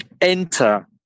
enter